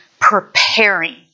preparing